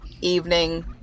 evening